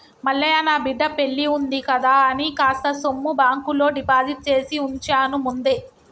మల్లయ్య నా బిడ్డ పెల్లివుంది కదా అని కాస్త సొమ్ము బాంకులో డిపాజిట్ చేసివుంచాను ముందే